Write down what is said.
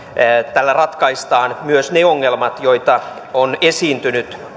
tällä ratkaistaan myös ne ongelmat joita on esiintynyt